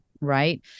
right